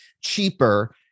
cheaper